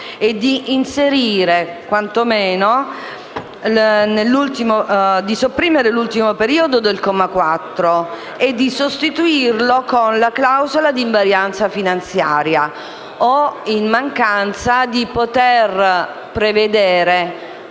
finora e di sopprimere l’ultimo periodo del comma 4, di sostituirlo con la clausola di invarianza finanziaria o, in mancanza, di prevedere